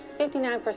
59%